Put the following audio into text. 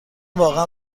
واقعا